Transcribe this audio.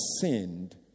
sinned